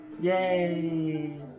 yay